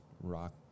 rock